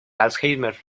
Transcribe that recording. alzheimer